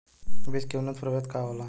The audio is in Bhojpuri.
बीज के उन्नत प्रभेद का होला?